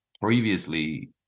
previously